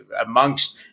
amongst